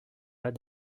pas